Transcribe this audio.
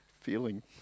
feeling